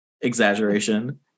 Exaggeration